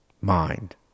mind